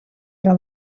yra